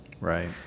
Right